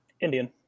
Indian